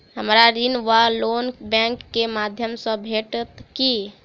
हमरा ऋण वा लोन बैंक केँ माध्यम सँ भेटत की?